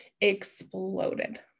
exploded